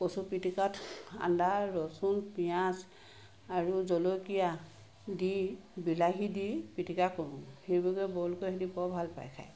কচু পিটিকাত আদা ৰচুন পিঁয়াজ আৰু জলকীয়া দি বিলাহী দি পিটিকা কৰোঁ সেইভাগে বইল কৰি ইহঁতে বৰ ভাল পায় খায়